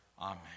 Amen